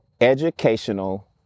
educational